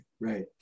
right